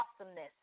awesomeness